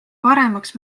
paremaks